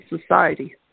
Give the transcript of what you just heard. society